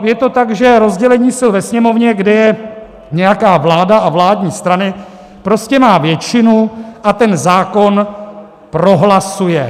Je to tak, že rozdělení sil ve Sněmovně, kde je nějaká vláda a vládní strany, prostě má většinu a ten zákon prohlasuje.